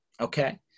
Okay